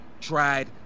tried